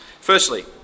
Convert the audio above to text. Firstly